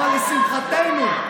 אבל לשמחתנו,